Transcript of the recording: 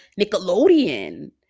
Nickelodeon